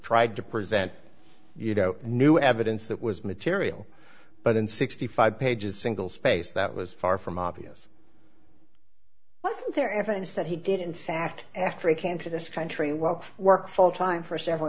tried to present you know new evidence that was material but in sixty five pages single spaced that was far from obvious wasn't there evidence that he did in fact after he came to this country well work full time for several